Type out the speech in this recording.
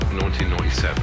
1997